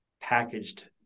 packaged